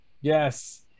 Yes